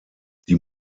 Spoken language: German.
die